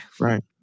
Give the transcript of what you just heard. Right